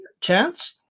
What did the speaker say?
chance